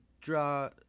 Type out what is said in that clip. draw